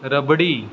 rabri